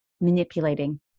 manipulating